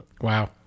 Wow